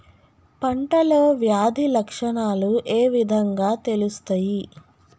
పంటలో వ్యాధి లక్షణాలు ఏ విధంగా తెలుస్తయి?